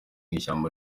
ishyamba